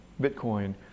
bitcoin